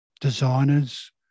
designers